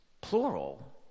plural